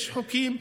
יש חוקים,